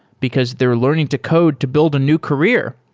because they're learning to code to build a new career.